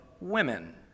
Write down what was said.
women